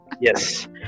yes